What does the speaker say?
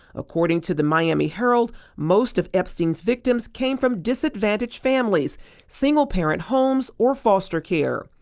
according to the miami herald most of epstein's victims came from disadvantaged families single-parent homes are foster care.